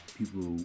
people